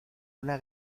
una